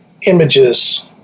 images